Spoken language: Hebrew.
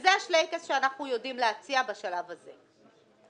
וזה השלייקס שאנחנו יודעים להציע בשלב הזה.